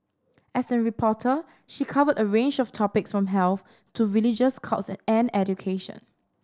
as a reporter she covered a range of topics from health to religious cults and education